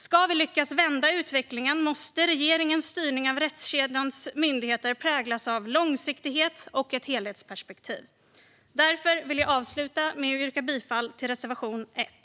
Ska vi lyckas vända utvecklingen måste regeringens styrning av rättskedjans myndigheter präglas av långsiktighet och ett helhetsperspektiv. Därför vill jag avsluta med att yrka bifall till reservation 1.